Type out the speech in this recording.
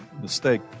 mistake